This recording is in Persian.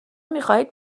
میخواهید